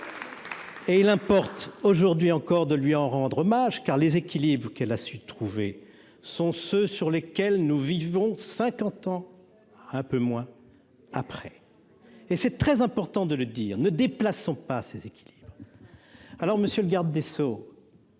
Et il importe aujourd'hui encore de lui en rendre hommage car les équilibres qu'elle a su trouver sont ceux sur lesquels nous vivons 50 ans, un peu moins après et c'est très important de le dire ne déplaçons pas ces équilibres alors monsieur le garde des Sceaux.